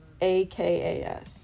A-K-A-S